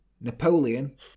Napoleon